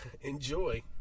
enjoy